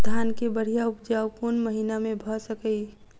धान केँ बढ़िया उपजाउ कोण महीना मे भऽ सकैय?